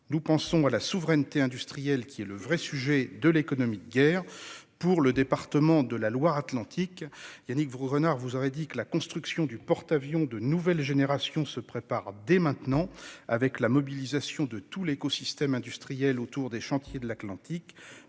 Nous pensons à la souveraineté industrielle, qui est le vrai sujet de l'économie de guerre. Pour le département de la Loire-Atlantique, Yannick Vaugrenard vous aurait dit que la construction du porte-avions de nouvelle génération se prépare dès maintenant, avec la mobilisation de tout l'écosystème industriel autour des Chantiers de l'Atlantique,